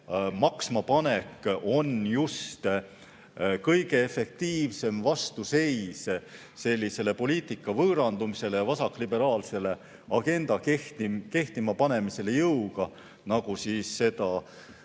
maksmapanek on just kõige efektiivsem vastuseis sellisele poliitika võõrandumisele ja vasakliberaalsele agenda kehtima panemisele jõuga, nagu seda